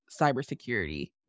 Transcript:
cybersecurity